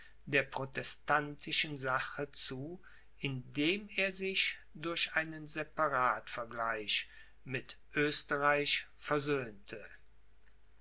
der protestantischen sache zu indem er sich durch einen separatvergleich mit oesterreich versöhnte